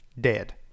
dead